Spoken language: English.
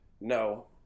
No